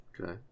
Okay